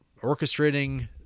orchestrating